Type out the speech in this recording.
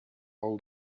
all